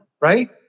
right